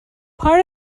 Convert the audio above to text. part